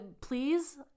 Please